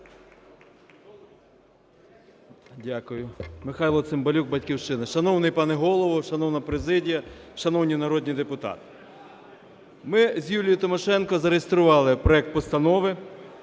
Дякую. Михайло Цимбалюк, "Батьківщина". Шановний пане Голово! Шановна президія! Шановні народні депутати! Ми з Юлією Тимошенко зареєстрували проект Постанови